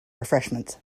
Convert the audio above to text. refreshments